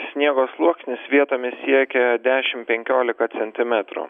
sniego sluoksnis vietomis siekia dešim penkiolika centimetrų